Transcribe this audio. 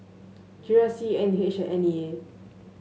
G R C N H N E A